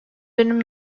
dönüm